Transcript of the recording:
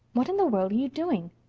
what in the world are you doing?